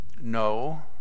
No